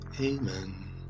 Amen